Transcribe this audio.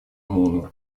муну